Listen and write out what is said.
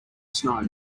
snow